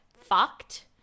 fucked